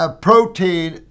protein